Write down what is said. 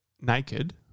naked